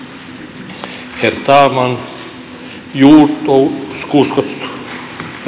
herr talman